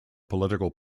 political